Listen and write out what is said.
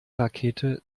rakete